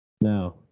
No